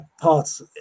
parts